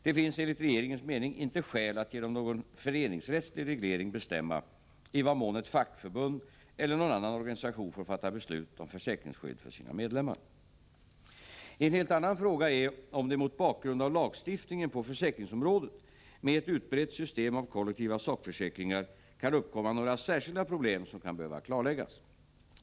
Det finns enligt regeringens mening inte skäl att genom någon föreningsrättslig reglering bestämma i vad mån ett fackförbund eller någon annan organisation får fatta beslut om försäkringsskydd för sina medlemmar. En helt annan fråga är att det mot bakgrund av lagstiftningen på försäkringsområdet med ett utbrett system av kollektiva sakförsäkringar kan uppkomma några särskilda problem som kan behöva klarläggas.